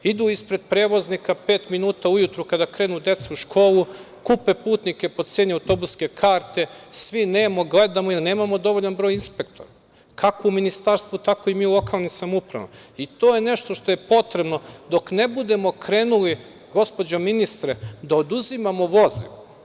Idu ispred prevoznika pet minuta ujutru kada krenu deca u školu, kupe putnike po ceni autobuske karte i svi nemo gledamo jer nemamo dovoljan broj inspektora kako u ministarstvu, tako i mi u lokalnim samoupravama i to je nešto što je potrebno dok ne budemo krenuli, gospođo ministre, da oduzimamo vozila.